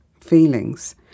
feelings